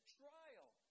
trial